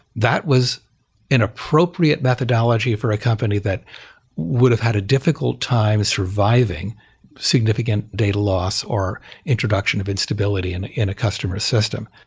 that was inappropriate methodology for a company that would've had a difficult time surviving significant data loss or introduction of instability and in a customer system.